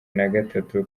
nagatatu